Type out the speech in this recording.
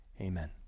amen